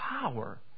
power